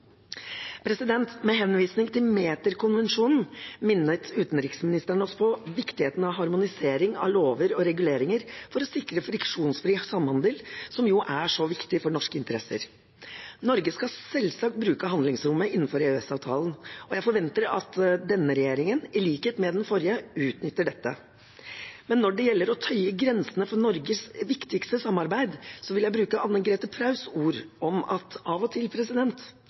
Med henvisning til meterkonvensjonen minnet utenriksministeren oss på viktigheten av harmonisering av lover og reguleringer for å sikre friksjonsfri samhandel, som jo er så viktig for norske interesser. Norge skal selvsagt bruke handlingsrommet innenfor EØS-avtalen, og jeg forventer at denne regjeringen – i likhet med den forrige – utnytter dette. Men når det gjelder å tøye grensene for Norges viktigste samarbeid, vil jeg bruke Anne Grete Preus’ ord om at av og til